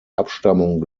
abstammung